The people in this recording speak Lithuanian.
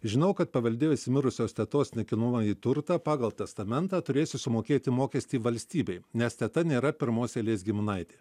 žinau kad paveldėjusi mirusios tetos nekilnojamąjį turtą pagal testamentą turėsiu sumokėti mokestį valstybei nes teta nėra pirmos eilės giminaitė